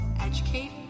educate